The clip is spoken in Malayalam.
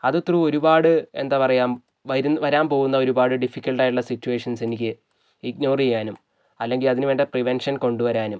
അത് ത്രൂ ഒരുപാട് എന്താ പറയുക വരുന്ന വരാൻ പോകുന്ന ഒരുപാട് ഡിഫിക്കൾട്ടായിട്ടുള്ള സിറ്റുവേഷൻസ് എനിക്ക് ഇഗ്നോർ ചെയ്യാനും അല്ലെങ്കിൽ അതിന് വേണ്ട പ്രിവെൻഷൻ കൊണ്ട് വരാനും